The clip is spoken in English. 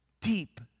deep